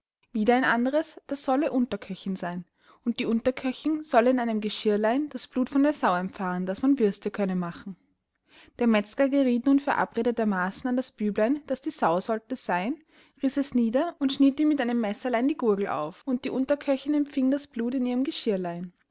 wieder ein anderes das solle unterköchin seyn und die unterköchin solle in einem geschirrlein das blut von der sau empfahen daß man würste könne machen der metzger gerieth nun verabredetermaßen an das büblein das die sau sollte seyn riß es nieder und schnitt ihm mit einem messerlein die gurgel auf und die unterköchin empfing das blut in ihrem geschirrlein